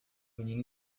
menino